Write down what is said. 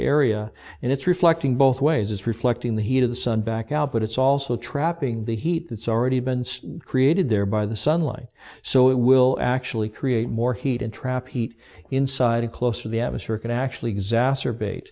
area and it's reflecting both ways it's reflecting the heat of the sun back out but it's also trapping the heat that's already been created there by the sunlight so it will actually create more heat and trap heat inside and close to the atmosphere can actually exacerbate